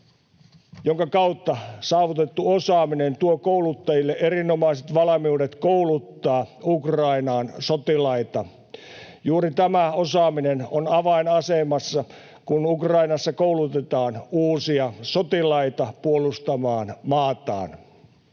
jonka kautta saavutettu osaaminen tuo kouluttajille erinomaiset valmiudet kouluttaa Ukrainaan sotilaita. Juuri tämä osaaminen on avainasemassa, kun Ukrainassa koulutetaan uusia sotilaita puolustamaan maataan.